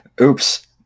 Oops